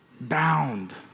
bound